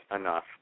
enough